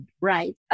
right